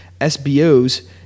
SBOs